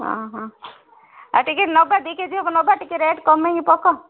ଅଁ ହଁ ଆ ଟିକିଏ ନେବା ଦୁଇ କେଜି ହେବ ନେବା ଟିକିଏ ରେଟ୍ କମେଇକି ପକ